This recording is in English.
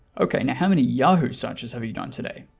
okay now how many yahoo searches have you done today?